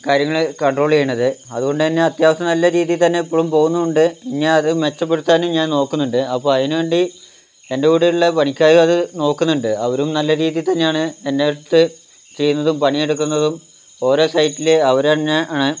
കാര്യങ്ങൾ കൺട്രോൾ ചെയ്യണത് അതുകൊണ്ടു തന്നെ അത്യാവശ്യം നല്ല രീതിയിൽതന്നെ ഇപ്പോഴും പോകുന്നുമുണ്ട് ഇനി അത് മെച്ചപ്പെടുത്താനും ഞാൻ നോക്കുന്നുണ്ട് അപ്പോൾ അതിനു വേണ്ടി എൻ്റെ കൂടെയുള്ള പണിക്കാരും അതു നോക്കുന്നുണ്ട് അവരും നല്ല രീതിയിൽ തന്നെയാണ് എൻ്റടുത്ത് ചെയ്യുന്നതും പണിയെടുക്കുന്നതും ഓരോ സൈറ്റിൽ അവർ തന്നെ ആണ്